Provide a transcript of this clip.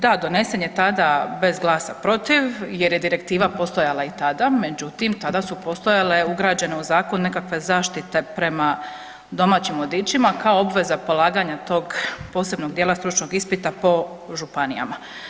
Da, donesen je tada bez glasa protiv jer je direktiva postojala i tada, međutim tada su postojale ugrađene u zakon nekakve zaštite prema domaćim vodičima kao obveza polaganja tog posebnog djela stručnog ispita po županijama.